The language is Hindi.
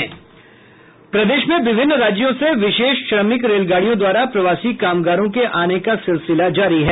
प्रदेश में विभिन्न राज्यों से विशेष श्रमिक रेलगाड़ियों द्वारा प्रवासी कामगारों के आने का सिलसिला जारी है